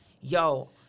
yo